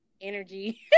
energy